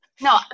No